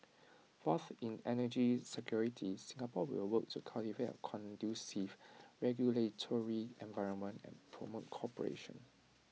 fourth in energy security Singapore will work to cultivate A conducive regulatory environment and promote cooperation